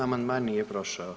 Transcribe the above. Amandman nije prošao.